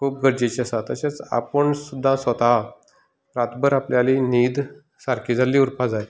खूब गरजेचें आसा तशेंच आपूण सुद्दा स्वता रातभर आपल्याली न्हीद सारकी जाल्ली उरपाक जाय